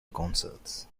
concerts